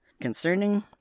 concerning